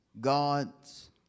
God's